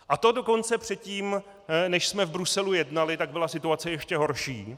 A to dokonce předtím, než jsme v Bruselu jednali, tak byla situace ještě horší.